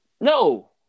no